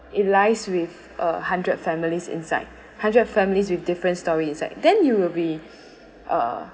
it lies with a hundred families inside hundred families with different story inside then you will be uh